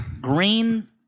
green